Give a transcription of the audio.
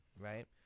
right